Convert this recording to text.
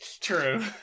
true